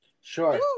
Sure